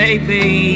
Baby